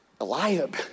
Eliab